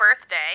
birthday